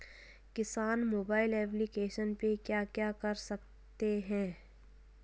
किसान mobile application पे क्या क्या कर सकते हैं?